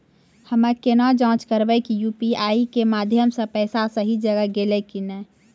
हम्मय केना जाँच करबै की यु.पी.आई के माध्यम से पैसा सही जगह गेलै की नैय?